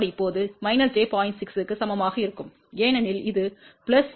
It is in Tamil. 6 க்கு சமமாக இருக்கும் ஏனெனில் இது 0